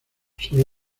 sobre